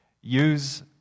Use